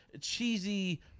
cheesy